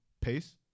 pace